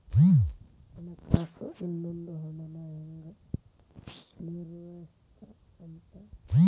ಹಣಕಾಸು ಅನ್ನೋದ್ ಹಣನ ಹೆಂಗ ನಿರ್ವಹಿಸ್ತಿ ಅಂತ